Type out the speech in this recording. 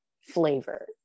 flavor